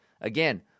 Again